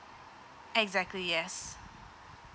exactly yes